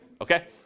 Okay